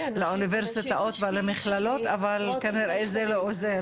לאוניברסיטאות ולמכללות אבל כנראה שזה לא עוזר.